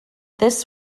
this